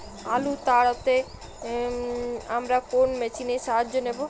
আলু তাড়তে আমরা কোন মেশিনের সাহায্য নেব?